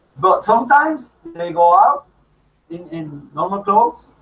but sometimes they go out in in normal clothes,